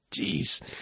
Jeez